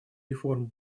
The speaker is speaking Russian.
реформ